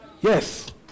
Yes